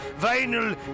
vinyl